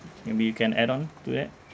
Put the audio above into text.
maybe you can add on to that